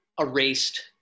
erased